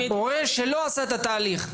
הורה שלא עושה את התהליך,